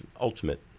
ultimate